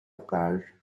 plage